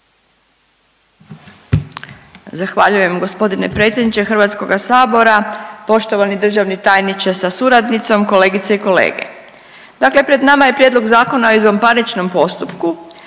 Zahvaljujem gospodine predsjedniče Hrvatskoga sabora. Poštovani državni tajniče sa suradnicom, kolegice i kolege, dakle pred nama je Prijedlog Zakona o izvanparničnom postupku